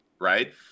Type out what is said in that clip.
Right